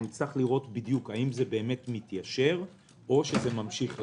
נצטרך לראות האם זה באמת מתיישר או זה ממשיך לרדת.